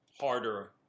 harder